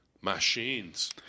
machines